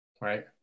right